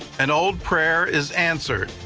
an old prayer is answered,